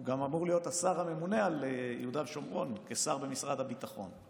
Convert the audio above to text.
הוא גם אמור להיות השר הממונה על יהודה ושומרון כשר במשרד הביטחון.